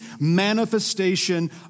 manifestation